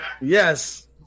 Yes